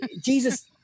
Jesus